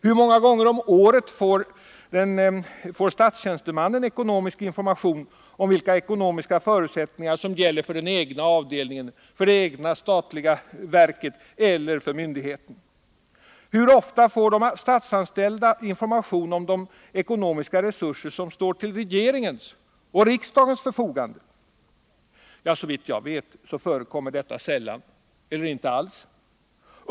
Hur många gånger om året får statstjänstemannen ekonomisk information om vilka ekonomiska förutsättningar som gäller för den egna avdelningen, för det egna verket eller myndigheten? Hur ofta får de statsanställda information om de ekonomiska resurser som står till regeringens och riksdagens förfogande? Såvitt jag vet förekommer detta sällan eller inte alls.